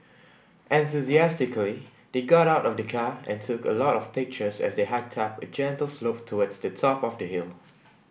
enthusiastically they got out of the car and took a lot of pictures as they hiked up a gentle slope towards the top of the hill